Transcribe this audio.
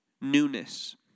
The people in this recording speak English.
newness